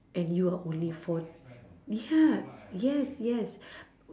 and you are only four~ ya yes yes